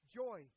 joy